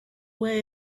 way